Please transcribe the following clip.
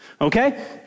okay